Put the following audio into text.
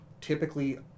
typically